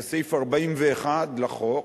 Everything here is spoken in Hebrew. זה סעיף 41 לחוק,